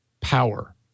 power